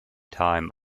time